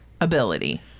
ability